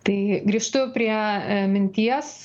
tai grįžtu prie minties